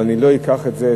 אבל אני לא אקח את זה.